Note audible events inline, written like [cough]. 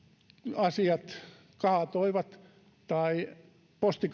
asiat kaatoivat tai posti [unintelligible]